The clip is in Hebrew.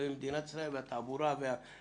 במדינת ישראל מבחינת התעבורה והפקקים.